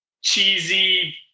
cheesy